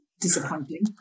disappointing